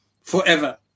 forever